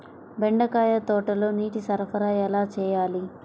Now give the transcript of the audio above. బెండకాయ తోటలో నీటి సరఫరా ఎలా చేయాలి?